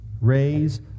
raise